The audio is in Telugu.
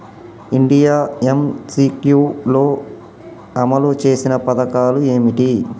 ఇండియా ఎమ్.సి.క్యూ లో అమలు చేసిన పథకాలు ఏమిటి?